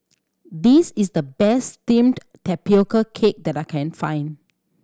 this is the best steamed tapioca cake that I can find